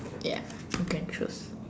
ya you can chose